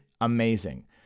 amazing